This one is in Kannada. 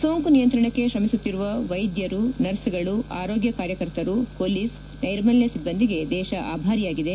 ಸೋಂಕು ನಿಯಂತ್ರಣಕ್ಕೆ ತ್ರಮಿಸುತ್ತಿರುವ ವೈದ್ಯರು ನರ್ಸ್ಗಳು ಆರೋಗ್ಯ ಕಾರ್ಕರ್ತರು ಹೊಲೀಸ್ ಸ್ಟೆರ್ಮಲ್ಯ ಸಿಬ್ಬಂದಿಗೆ ದೇಶ ಆಭಾರಿಯಾಗಿದೆ